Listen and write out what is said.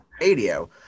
radio